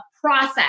process